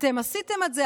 אתם עשיתם את זה,